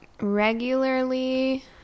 Regularly